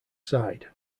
side